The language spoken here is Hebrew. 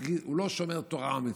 שומר תורה ומצוות,